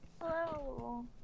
Hello